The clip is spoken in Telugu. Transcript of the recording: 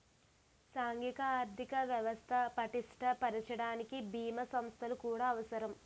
సాంఘిక ఆర్థిక వ్యవస్థ పటిష్ట పరచడానికి బీమా సంస్థలు కూడా అవసరం